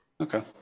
Okay